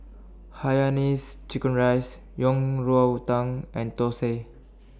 Hainanese Chicken Rice Yang Rou Tang and Thosai